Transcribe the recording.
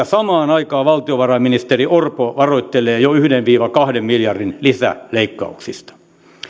samaan aikaan valtiovarainministeri orpo varoittelee jo yhden viiva kahden miljardin lisäleikkauksista